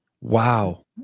Wow